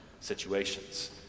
situations